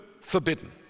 forbidden